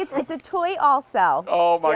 it's a toy also. oh, my